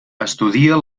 estudia